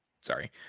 sorry